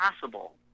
possible